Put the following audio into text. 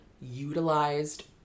utilized